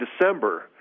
December